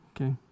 Okay